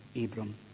Abram